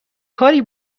کاری